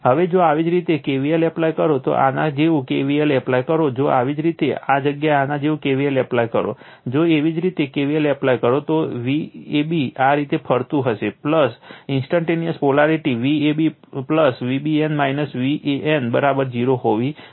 હવે જો આવી જ રીતે kvl એપ્લાય કરો તો આના જેવું kvl એપ્લાય કરો જો આવી જ રીતે આ જગ્યાએ આના જેવું kvl એપ્લાય કરો જો તેવી જ રીતે kvl એપ્લાય કરો તો તે Vab આ રીતે ફરતું હશે instantaneous polarity Vab Vbn Van 0 હોવી આવશ્યક છે